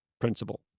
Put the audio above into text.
principle